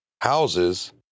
houses